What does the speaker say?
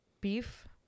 beef